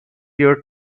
your